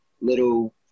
little